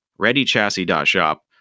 readychassis.shop